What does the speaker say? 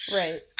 right